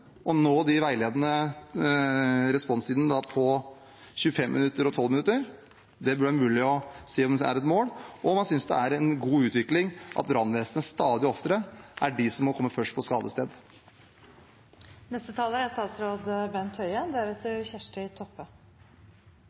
å nå de veiledende responstidene på 25 minutter og 12 minutter? Det burde være mulig å si om han synes det er et mål. Og synes han det er en god utvikling at brannvesenet stadig oftere er de som kommer først på skadested? Jeg tror dette er